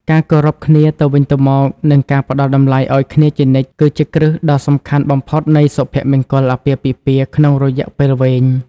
ការគោរពគ្នាទៅវិញទៅមក និងការផ្ដល់តម្លៃឱ្យគ្នាជានិច្ច គឺជាគ្រឹះដ៏សំខាន់បំផុតនៃសុភមង្គលអាពាហ៍ពិពាហ៍ក្នុងរយៈពេលវែង។